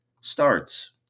starts